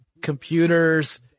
computers